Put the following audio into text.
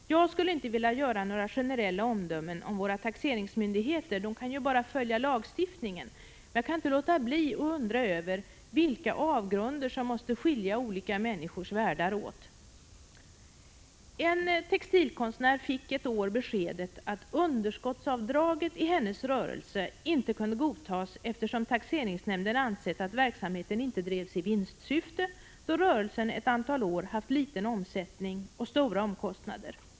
Jag vill inte fälla några omdömen om våra taxeringsmyndigheter — de har ju bara att följa lagstiftningen. Men jag kan inte låta bli att undra över vilka avgrunder som skiljer olika människors världar åt. En textilkonstnär fick ett år beskedet att avdraget för underskott i hennes rörelse inte kunde godtas, eftersom taxeringsnämnden ansett att verksamheten inte drevs i vinstsyfte — rörelsen hade under ett antal år haft en liten omsättning och stora omkostnader.